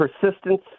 persistence